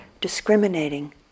discriminating